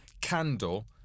candle